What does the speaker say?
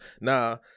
Now